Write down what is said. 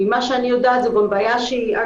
ממה שאני יודעת, זאת גם לא בעיה חדשה.